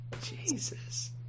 Jesus